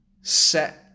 set